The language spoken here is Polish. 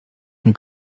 mnie